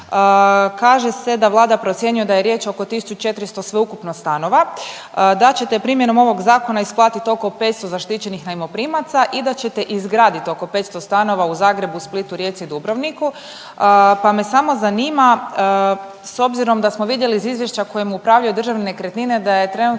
kaže se da Vlada procjenjuje da je riječ oko 1400 sveukupno stanova, da ćete primjenom ovog zakona isplatiti oko 500 zaštićenih najmoprimaca i da ćete izgraditi oko 500 stanova u Zagrebu, Splitu, Rijeci, Dubrovniku, pa me samo zanima s obzirom da smo vidjeli iz izvješća kojim upravljaju državne nekretnine da je trenutačno